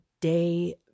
day